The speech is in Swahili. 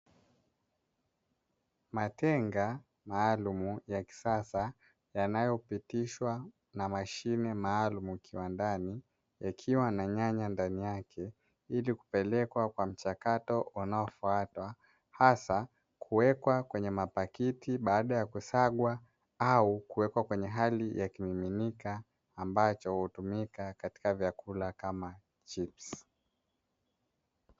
Matenga maalumu ya kisasa yanayopitishwa na mashine maalumu kiwandani yakiwa na nyanya ndani yake, ili kupelekwa kwa mchakato unaofuatwa hasa kuwekwa kwenye mapakiti baada ya kusagwa au kuwekwa kwenye hali ya kimiminika ambacho hutumika katika vyakula kama chipsi.